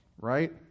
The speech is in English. Right